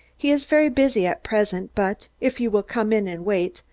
he is very busy at present, but if you will come in and wait,